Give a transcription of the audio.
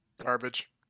Garbage